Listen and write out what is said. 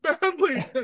badly